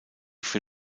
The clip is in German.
für